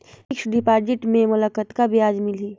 Fixed deposit मे मोला कतका ब्याज मिलही?